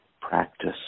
practice